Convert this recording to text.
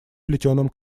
плетеном